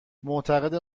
معتقده